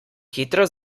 hitro